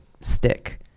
stick